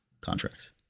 contracts